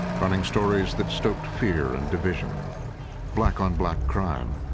running stories that stoked fear and division black-on-black crime,